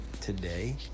today